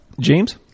James